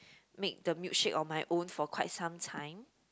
make the milkshake on my own for quite sometime